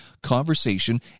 conversation